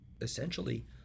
essentially